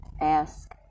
ask